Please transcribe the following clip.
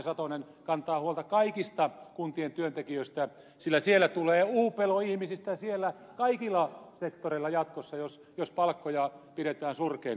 satonen kantaa huolta kaikista kuntien työntekijöistä sillä siellä tulee uupelo ihmisistä kaikilla sektoreilla jatkossa jos palkkoja pidetään surkeina